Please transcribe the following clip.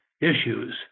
issues